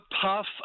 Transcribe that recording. puff